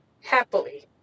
happily